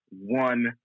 One